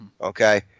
Okay